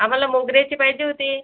आम्हाला मोगऱ्याचे पाहिजे होती